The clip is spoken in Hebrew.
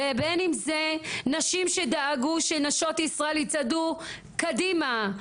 בין אם זה נשים שדאגו שנשות ישראל יצעדו קדימה,